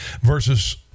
versus